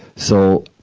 so,